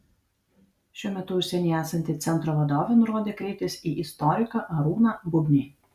šiuo metu užsienyje esanti centro vadovė nurodė kreiptis į istoriką arūną bubnį